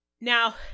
Now